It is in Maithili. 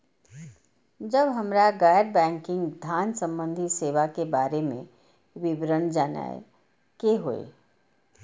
जब हमरा गैर बैंकिंग धान संबंधी सेवा के बारे में विवरण जानय के होय?